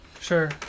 sure